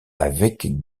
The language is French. avec